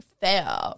fair